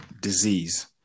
disease